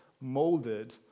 molded